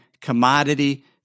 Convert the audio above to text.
commodity